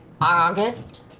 August